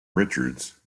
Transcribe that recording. richards